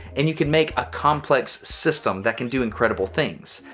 and you can make a complex system, that can do incredible things.